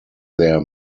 their